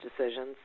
decisions